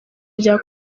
rya